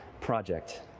project